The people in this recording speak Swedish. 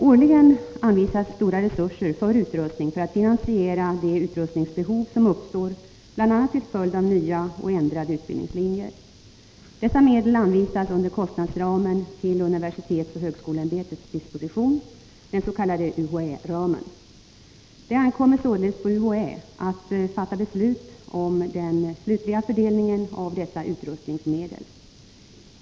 Årligen anvisas stora resurser för utrustning för att finansiera de utrustningsbehov som uppstår bl.a. till följd av nya och ändrade utbildningslinjer. Dessa medel anvisas under kostnadsramen Till universitetsoch högskoleämbetets disposition, den s.k. UHÄ-ramen. Det ankommer således på UHÄ att fatta beslut om den slutliga fördelningen av dessa utrustningsmedel.